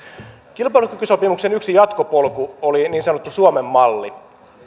kilpailukykysopimuksen yksi jatkopolku oli niin sanottu suomen malli